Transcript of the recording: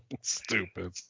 stupid